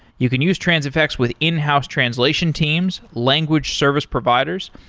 you can use transifex with in-house translation teams, language service providers.